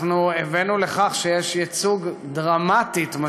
אנחנו הבאנו לכך שיש ייצוג משמעותי,